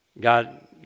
God